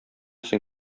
соң